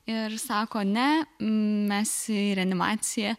ir sako ne mes į reanimaciją